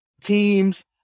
teams